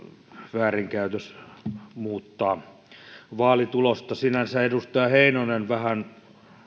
väärinkäytös muuttaa vaalitulosta sinänsä edustaja heinonen vähän